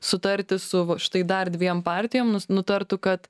sutarti su štai dar dviem partijom nutartų kad